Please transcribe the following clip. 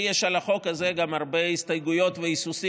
לי יש על החוק הזה גם הרבה הסתייגויות והיסוסים